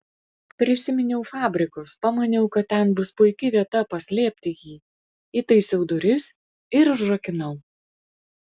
prisiminiau fabrikus pamaniau kad ten bus puiki vieta paslėpti jį įtaisiau duris ir užrakinau